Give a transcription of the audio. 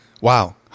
Wow